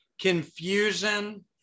confusion